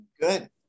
Good